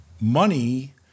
money